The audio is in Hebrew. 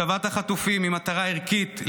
השבת החטופים היא מטרה ערכית,